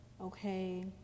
okay